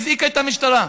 היא הזעיקה את המשטרה,